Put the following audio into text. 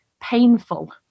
painful